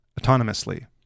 autonomously